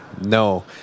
No